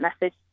message